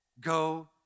go